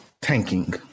tanking